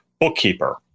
bookkeeper